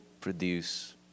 produce